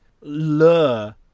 lure